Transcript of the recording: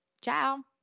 Ciao